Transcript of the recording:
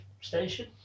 station